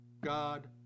God